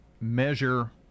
measure